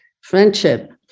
friendship